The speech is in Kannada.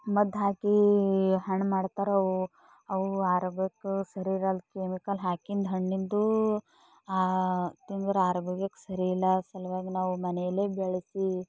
ಮದ್ದು ಹಾಕಿ ಹಣ್ಣು ಮಾಡ್ತಾರವು ಅವು ಆರೋಗ್ಯಕ್ಕೂ ಸರಿಯಾಗಲ್ಲ ಕೆಮಿಕಲ್ ಹಾಕಿದ್ದು ಹಣ್ಣಿಂದು ತಿಂದ್ರೆ ಆರೋಗ್ಯಕ್ಕೆ ಸರಿ ಇಲ್ಲ ಅದ್ರ ಸಲುವಾಗಿ ನಾವು ಮನೆಯಲ್ಲೇ ಬೆಳೆಸಿ